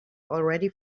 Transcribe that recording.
already